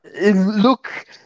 Look